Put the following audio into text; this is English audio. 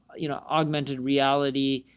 you know augmented reality,